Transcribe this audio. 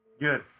good